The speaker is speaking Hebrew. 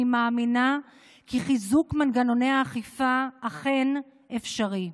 אני מאמינה כי חיזוק מנגנוני האכיפה אכן אפשרי.